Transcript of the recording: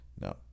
No